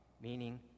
meaning